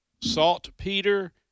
saltpeter